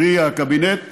קרי, הקבינט,